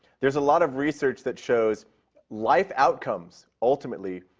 there's a lot of research that shows life outcomes, ultimately,